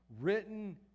written